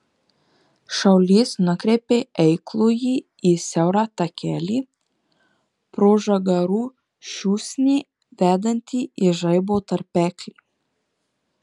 šaulys nukreipė eiklųjį į siaurą takelį pro žagarų šūsnį vedantį į žaibo tarpeklį